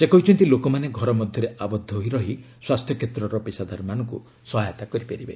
ସେ କହିଛନ୍ତି ଲୋକମାନେ ଘର ମଧ୍ୟରେ ଆବଦ୍ଧ ହୋଇ ରହି ସ୍ୱାସ୍ଥ୍ୟ କ୍ଷେତ୍ରର ପେଷାଦାରମାନଙ୍କୁ ସହାୟତା କରିପାରିବେ